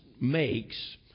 makes